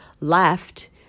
left